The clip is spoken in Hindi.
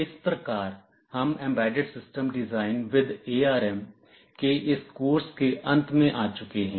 इस प्रकार हम embedded system design with ARM के इस कोर्स के अंत में आ चुके हैं